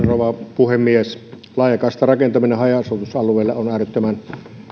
rouva puhemies laajakaistarakentaminen haja asutusalueille on äärettömän